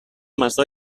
masó